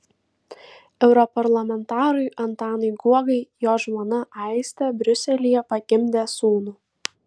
europarlamentarui antanui guogai jo žmona aistė briuselyje pagimdė sūnų